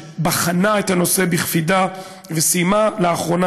והיא בחנה את הנושא בקפידה וסיימה לאחרונה